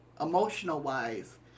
emotional-wise